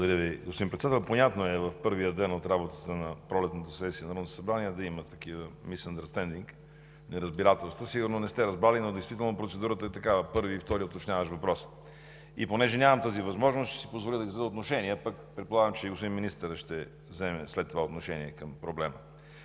Благодаря Ви, господин Председател. Понятно е в първия ден от работата на пролетната сесия на Народното събрание да има такива мисъндърстендинг – неразбирателства. Сигурно не сте разбрали, но действително процедурата е такава: първи и втори уточняващ въпрос. Понеже нямам тази възможност, ще си позволя да изразя отношение, пък предполагам, че и господин министърът ще вземе отношение след това към проблема.